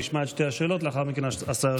נשמע את שתי השאלות, ולאחר מכן השר ישיב במרוכז.